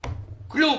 כלום.